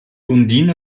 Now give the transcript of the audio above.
undine